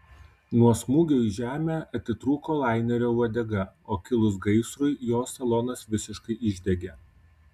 nuo smūgio į žemę atitrūko lainerio uodega o kilus gaisrui jo salonas visiškai išdegė